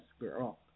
girl